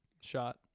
shot